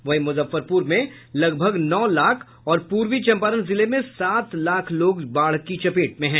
वहीं मुजफ्फरपुर में लगभग नौ लाख और पूर्वी चंपारण जिले में सात लाख लोग बाढ़ की चपेट में हैं